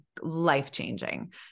life-changing